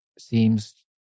seems